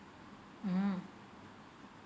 mm